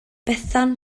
bethan